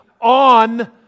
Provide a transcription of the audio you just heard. on